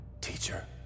teacher